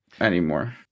anymore